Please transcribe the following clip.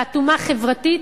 ואטומה חברתית,